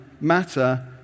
matter